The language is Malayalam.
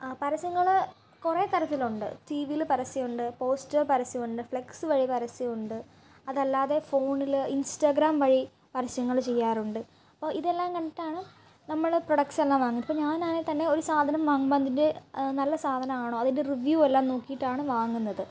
പരസ്യങ്ങൾ കുറേ തരത്തിലുണ്ട് ടി വിയിൽ പരസ്യമുണ്ട് പോസ്റ്റർ പരസ്യമുണ്ട് ഫ്ലെക്സ് വഴി പരസ്യമുണ്ട് അതല്ലാതെ ഫോണിൽ ഇൻസ്റ്റാഗ്രാം വഴി പരസ്യങ്ങൾ ചെയ്യാറുണ്ട് അപ്പോൾ ഇതെല്ലാം കണ്ടിട്ടാണ് നമ്മൾ പ്രൊഡക്റ്റ്സ് എല്ലാം വാങ്ങുന്നത് ഇപ്പോൾ ഞാൻ ആണെങ്കിൽ തന്നെ ഒരു സാധനം വാങ്ങുമ്പോൾ നല്ല സാധനമാണോ അതിൻ്റെ റിവ്യൂ എല്ലാം നോക്കിയിട്ടാണ് വാങ്ങുന്നത്